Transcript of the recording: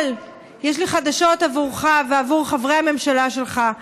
אבל יש לי חדשות עבורך ועבור חברי הממשלה שלך: